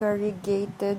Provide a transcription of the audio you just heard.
corrugated